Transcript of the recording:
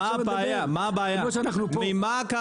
מה יקרה?